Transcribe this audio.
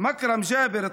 מקרם ג'אבר,